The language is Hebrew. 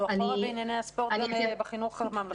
אנחנו אחורה בענייני הספורט גם בחינוך הממלכתי.